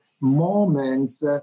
moments